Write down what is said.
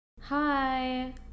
Hi